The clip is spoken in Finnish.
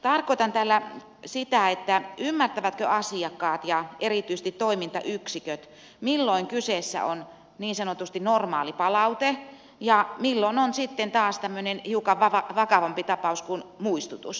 tarkoitan tällä sitä että ymmärtävätkö asiakkaat ja erityisesti toimintayksiköt milloin kyseessä on niin sanotusti normaali palaute ja milloin taas hiukan vakavampi tapaus kuten muistutus